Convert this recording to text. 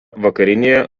vakarinėje